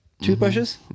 toothbrushes